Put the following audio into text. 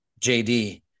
JD